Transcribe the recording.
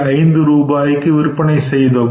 5 ரூபாய்க்கு விற்பனை செய்தோம்